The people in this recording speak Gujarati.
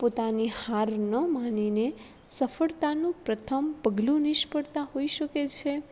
પોતાની હાર ન માનીને સફળતાનું પ્રથમ પગલું નિષ્ફળતા હોઇ શકે છે